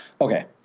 Okay